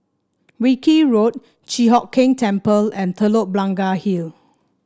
Wilkie Road Chi Hock Keng Temple and Telok Blangah Hill